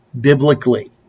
biblically